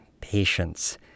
patience